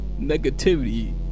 Negativity